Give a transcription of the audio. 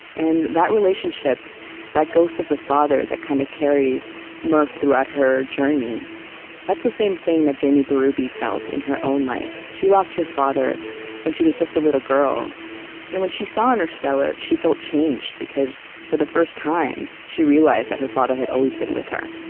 and that relationship that ghost of the father that kind of carries murph throughout her journey that's the same thing that jamie berube felt in her own life. she lost her father when she was just a little girl, and when she saw interstellar she felt changed, because for the first time, she realized that her father had always been with her